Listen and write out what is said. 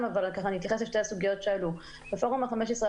אבל אני אתייחס לשתי הסוגיות שעלו: בפורום ה-15,